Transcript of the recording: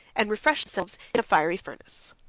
and refreshed themselves in a fiery furnace.